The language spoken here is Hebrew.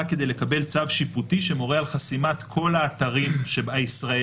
כדי לקבל צו שיפוטי שמורה על חסימת כל האתרים הישראליים,